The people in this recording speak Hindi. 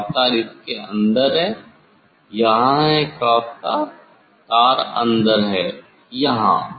क्रॉस तार इसके अंदर यहां है क्रॉस तार अंदर है यहां